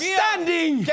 standing